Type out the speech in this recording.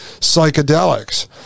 psychedelics